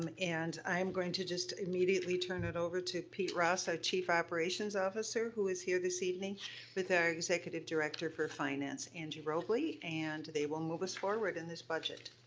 um and i am going to just immediately turn it over to pete ross, our chief operations officer, who is here this evening with our executive director for finance, angie robley, and they will move us forward in this budget.